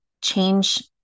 change